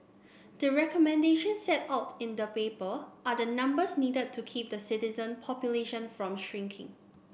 the recommendations set out in the paper are the numbers needed to keep the citizen population from shrinking